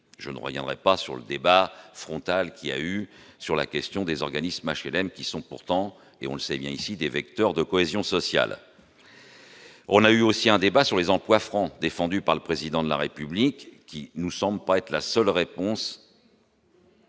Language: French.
jeunes Royan, pas sur le débat frontal qui a eu sur la question des organismes HLM qui sont pourtant et on le sait, il y a ici des vecteurs de cohésion sociale. On a eu aussi un débat sur les emplois francs défendue par le président de la République qui nous semble pas être la seule réponse.